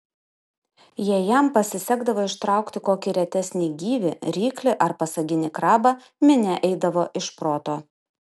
jei jam pasisekdavo ištraukti kokį retesnį gyvį ryklį ar pasaginį krabą minia eidavo iš proto